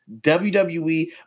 WWE